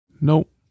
Nope